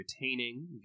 retaining